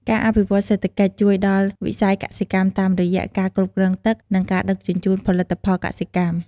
ការអភិវឌ្ឍន៍សេដ្ឋកិច្ច ជួយដល់វិស័យកសិកម្មតាមរយៈការគ្រប់គ្រងទឹក និងការដឹកជញ្ជូនផលិតផលកសិកម្ម។